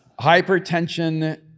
Hypertension